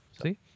See